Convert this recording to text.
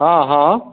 हॅं हॅं